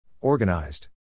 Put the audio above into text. Organized